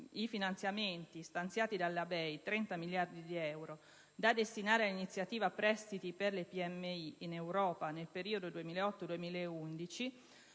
ai finanziamenti stanziati dalla BEI (30 miliardi di euro) da destinare ad iniziative e prestiti per le PMI in Europa nel periodo 2008-2011,